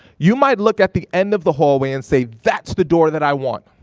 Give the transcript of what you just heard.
you might look at the end of the hallway and say, that's the door that i want.